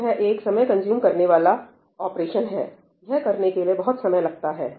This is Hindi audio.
तो यह एक समय कंज्यूम करने वाला ऑपरेशन है यह करने के लिए बहुत समय लगता है